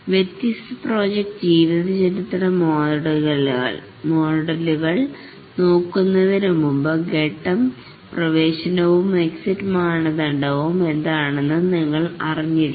വ്യത്യസ്ത പ്രോജക്ട് ജീവചരിത്ര മോഡലുകൾ നോക്കുന്നതിനു മുമ്പ് ഘട്ടം പ്രവേശനവും എക്സിറ്റ് മാനദണ്ഡവും എന്താണെന്ന് നിങ്ങൾ അറിഞ്ഞിരിക്കണം